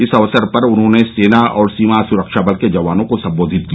इस अवसर पर उन्होंने सेना और सीमा सुरक्षाबल के जवानों को संबोधित किया